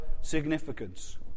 significance